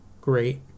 great